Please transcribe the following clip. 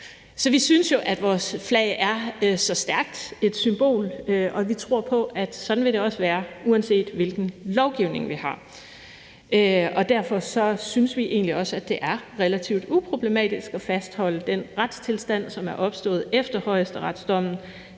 Så vi synes, at vores flag er et stærkt symbol, og vi tror på, at det vil være sådan, uanset hvilken lovgivning vi har. Derfor synes vi egentlig også, at det er relativt uproblematisk at fastholde den retstilstand, som er opstået efter højesteretsdommen,